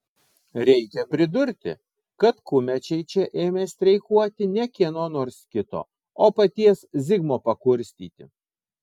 reikia pridurti kad kumečiai čia ėmė streikuoti ne kieno nors kito o paties zigmo pakurstyti